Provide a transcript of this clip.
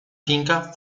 finca